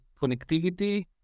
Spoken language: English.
connectivity